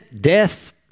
death